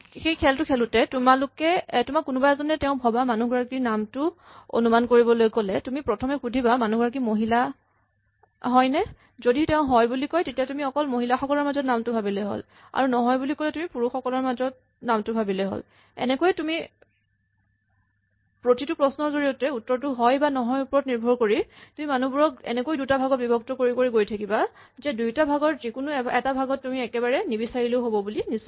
সেইটো খেল খেলোতে তোমাক কোনোবা এজনে তেওঁ ভৱা মানুহ এগৰাকীৰ নামটো তোমাক অনুমান কৰিবলৈ ক'লে তুমি প্ৰথমে সুধিবা মানুহগৰাকী মহিলা হয়নে যদি তেওঁ হয় বুলি কয় তেতিয়া তুমি অকল মহিলাসকলৰ মাজত নামটো ভাৱিলেই হ'ল আৰু নহয় বুলি ক'লে তুমি অকল পুৰুষসকলৰ মাজত নামটো ভাৱিলেই হ'ল এনেকৈ প্ৰতিটো প্ৰশ্নৰ জৰিয়তে উত্তৰটো হয় বা নহয় ৰ ওপৰত নিৰ্ভৰ কৰি তুমি মানুবোৰক এনেকৈ দুটা ভাগত বিভক্ত কৰি কৰি গৈ থাকিবা যে দুইটা ভাগৰ যিকোনো এটাত তুমি একেবাৰে নিবিচাৰিলেও হ'ব বুলি নিশ্চিত